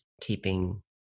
keeping